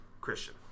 Christian